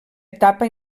etapa